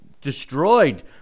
destroyed